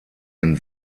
ein